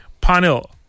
Panel